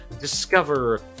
discover